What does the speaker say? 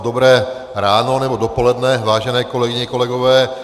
Dobré ráno, nebo dopoledne, vážené kolegyně, kolegové.